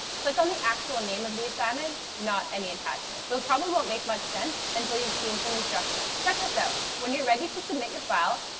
click on the actual name of the assignment, not any attachments. those probably won't make much sense until you've seen some instructions. check this out. when you're ready to submit your file,